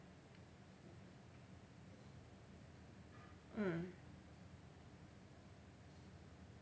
mm